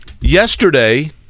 Yesterday